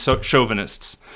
chauvinists